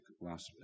last